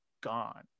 gone